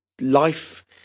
life